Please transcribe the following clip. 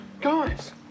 guys